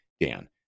Dan